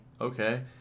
okay